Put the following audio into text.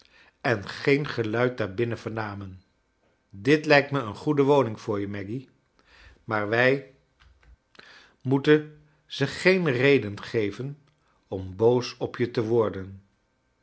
en geen geluid daar binnen vernamen dit lijkt me een goede woning voor je maggy maar wij moeten ze geen reden geven om boos op je te worden